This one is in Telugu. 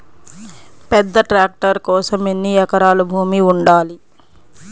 పెద్ద ట్రాక్టర్ కోసం ఎన్ని ఎకరాల భూమి ఉండాలి?